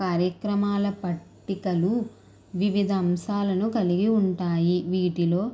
కార్యక్రమాల పట్టికలు వివిధ అంశాలను కలిగి ఉంటాయి వీటిలో